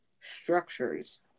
structures